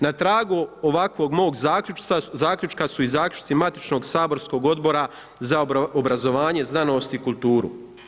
Na tragu ovakvog mog zaključka su i zaključci matičnog saborskog Odbora za obrazovanje, znanost i kulturu.